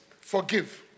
forgive